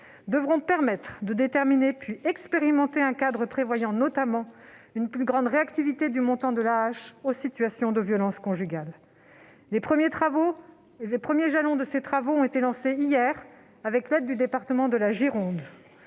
devront permettre de déterminer, puis d'expérimenter un cadre prévoyant notamment une plus grande réactivité du montant de l'AAH aux situations de violence conjugale. Les premiers jalons de ces travaux ont été lancés hier, avec l'aide du département de la Gironde.